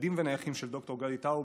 "ניידים ונייחים" של ד"ר גדי טאוב.